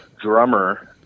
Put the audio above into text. drummer